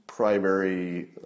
primary